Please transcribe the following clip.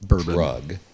drug